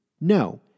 No